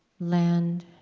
land